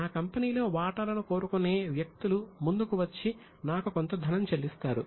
నా కంపెనీలో వాటాలను కోరుకునే వ్యక్తులు ముందుకు వచ్చి నాకు కొంత ధనం చెల్లిస్తారు